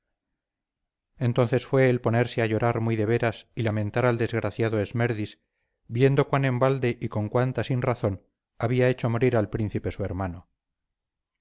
entonces fue el ponerse a llorar muy de veras y lamentar al desgraciado esmerdis viendo cuán en balde y con cuánta sin razón había hecho morir al príncipe su hermano